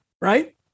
Right